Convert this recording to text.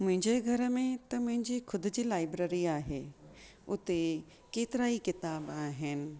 मुंहिंजे घर में त मुंहिंजी ख़ुदि जी लाईब्रेरी आहे उते केतिरा ई किताब आहिनि